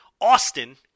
Austin